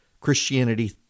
christianity